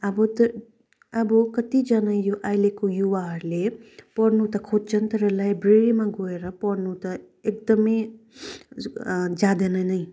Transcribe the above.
अब कतिजना यो अहिलेको युवाहरूले पढ्नु त खोज्छन् तर लाइब्रेरीमा गएर पढ्नु त एकदमै जाँदैन नै